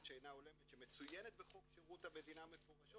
שאינה הולמת שמצוינת בחוק שירות המדינה מפורשות,